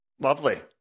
lovely